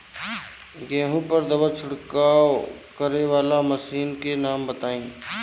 गेहूँ पर दवा छिड़काव करेवाला मशीनों के नाम बताई?